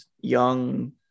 young